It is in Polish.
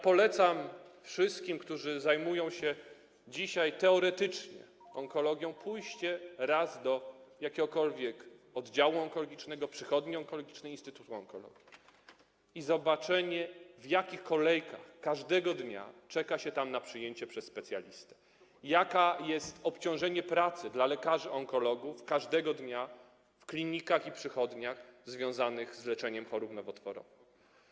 Polecam wszystkim, którzy zajmują się dzisiaj teoretycznie onkologią, pójście raz do jakiegokolwiek oddziału onkologicznego, przychodni onkologicznej, instytutu onkologii i zobaczenie, w jakich kolejkach każdego dnia czeka się tam na przyjęcie przez specjalistę, jakie jest obciążenie pracą dla lekarzy onkologów każdego dnia w klinikach i przychodniach, których działalność jest związana z leczeniem chorób nowotworowych.